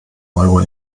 euro